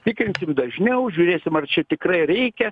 tikrins dažniau žiūrėsim ar čia tikrai reikia